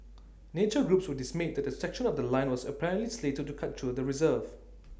nature groups were dismayed that A section of The Line was apparently slated to cut through the reserve